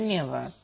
धन्यवाद